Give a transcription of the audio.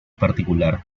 particular